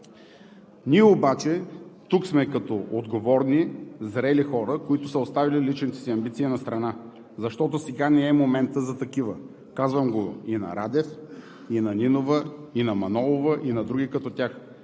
Ние обаче тук сме като отговорни, зрели хора, които са оставили личните си амбиции настрана, защото сега не е моментът за такива. Казвам го и на Радев, и на Нинова, и на Манолова, и на други като тях.